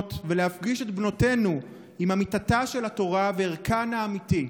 הראשונות ולהפגיש את בנותינו עם אמיתתה של התורה וערכן האמיתי.